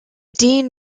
dean